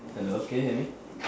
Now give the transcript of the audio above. hello can you hear me